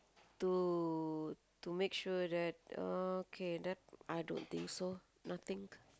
to to make sure that okay that I don't think so nothing